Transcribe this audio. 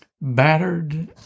battered